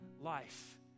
life